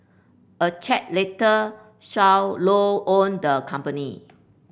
a check later showed Low owned the company